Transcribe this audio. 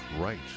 right